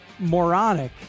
moronic